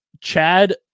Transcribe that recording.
Chad